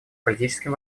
политическим